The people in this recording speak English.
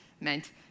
meant